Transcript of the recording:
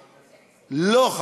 לא,